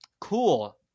cool